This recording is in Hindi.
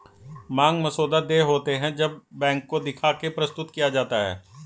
मांग मसौदा देय होते हैं जब बैंक को दिखा के प्रस्तुत किया जाता है